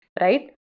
Right